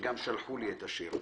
שגם שלחו לי את השיר.